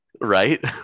Right